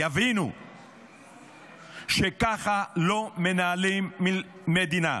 יבינו שככה לא מנהלים מדינה.